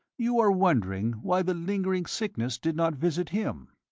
you are wondering why the lingering sickness did not visit him?